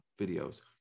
videos